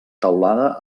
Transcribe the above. teulada